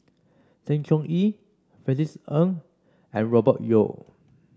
Sng Choon Yee Francis Ng and Robert Yeo